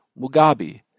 Mugabe